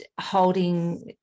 holding